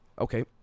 Okay